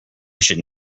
should